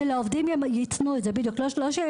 שלעובדים שחשופים לשמש יתנו את זה לא יסבסדו,